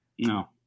No